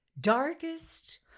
darkest